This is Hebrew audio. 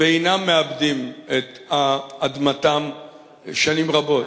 ואינם מעבדים את אדמתם שנים רבות.